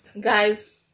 Guys